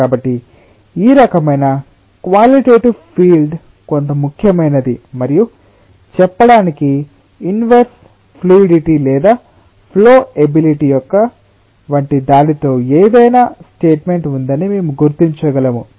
కాబట్టి ఈ రకమైన క్వాలిటెటివ్ ఫీల్డ్ కొంత ముఖ్యమైనది మరియు చెప్పటానికి ఇన్వర్స్ ఫ్లూయిడిటి లేదా ఫ్లో ఎబిలిటి యొక్క వంటి దానితో ఏదైనా స్టేట్మెంట్ ఉందని మేము గుర్తించగలము